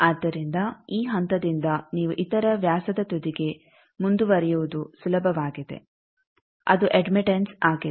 ಆದ್ದರಿಂದ ಈ ಹಂತದಿಂದ ನೀವು ಇತರ ವ್ಯಾಸದ ತುದಿಗೆ ಮುಂದುವರೆಯುವುದು ಸುಲಭವಾಗಿದೆ ಅದು ಅಡ್ಮಿಟೆಂಸ್ ಆಗಿದೆ